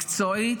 מקצועית?